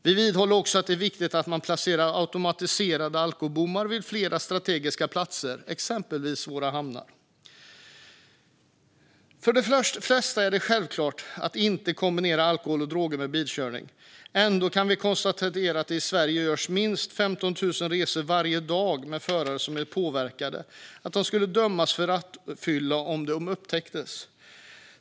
Vi vidhåller också att det är viktigt att man placerar automatiserade alkobommar vid fler strategiska platser, exempelvis i våra hamnar. För de flesta är det självklart att inte kombinera alkohol och droger med bilkörning. Ändå kan vi konstatera att det i Sverige görs minst 15 000 resor varje dag med förare som är så påverkade att de skulle dömas för rattfylleri om de upptäcktes.